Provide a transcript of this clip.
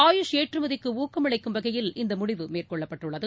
ஆயுஷ் ஏற்றுமதிக்குஊக்கமளிக்கும் வகையில் இந்தமுடிவு மேற்கொள்ளப்பட்டுள்ளது